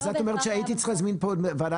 אז את אומרת שהייתי צריך להזמין לפה את משרד